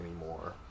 anymore